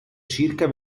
circa